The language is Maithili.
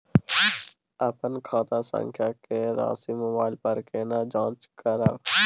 अपन खाता संख्या के राशि मोबाइल पर केना जाँच करब?